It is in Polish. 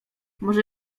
może